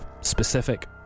specific